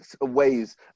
ways